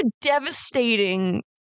devastating